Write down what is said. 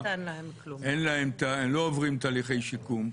הם לא עוברים תהליכי שיקום,